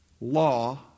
Law